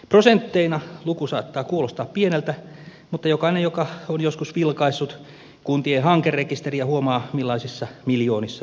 prosentteina luku saattaa kuulostaa pieneltä mutta jokainen joka on joskus vilkaissut kuntien hankerekisteriä huomaa millaisissa miljoonissa liikutaan